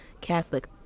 Catholic